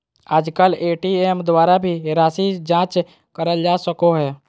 आजकल ए.टी.एम द्वारा भी राशी जाँच करल जा सको हय